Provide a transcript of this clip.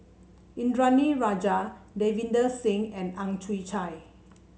Indranee Rajah Davinder Singh and Ang Chwee Chai